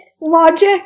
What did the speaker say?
logic